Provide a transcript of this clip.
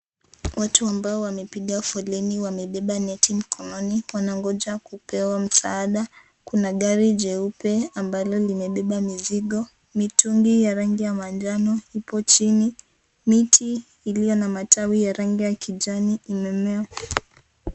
Watu ambao wamepiga foleni wamebeba neti mkononi wanangoja kupewa msaada, kuna gari jeupe ambalo limebeba mizigo , mitungi ya rangi ya manjano ipo chini, miti iliyo na matawi ya rangi ya kijani imemea.